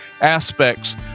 aspects